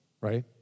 Right